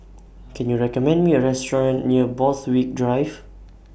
Can YOU recommend Me A Restaurant near Borthwick Drive